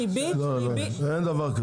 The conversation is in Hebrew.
ריבית --- לא, אין דבר כזה.